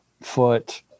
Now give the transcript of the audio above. foot